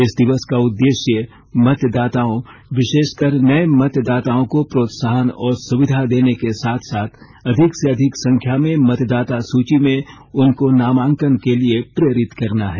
इस दिवस का उद्देश्य मतदाताओं विशेषकर नये मतदाताओं को प्रोत्साहन और सुविधा देने के साथ साथ अधिक से अधिक संख्या में मतदाता सुची में उनको नामांकन के लिए प्रेरित करना है